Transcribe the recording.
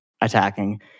attacking